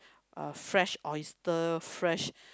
uh fresh oyster fresh